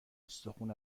استخون